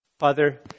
Father